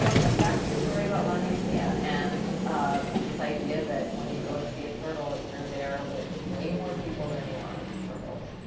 goes back to your story about laniakea and this idea that when you go to see a turtle, you're there with way more people than you are with turtles.